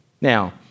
Now